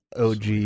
OG